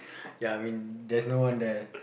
ya I mean there's no one there